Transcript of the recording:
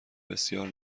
بسیار